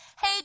hey